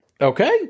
Okay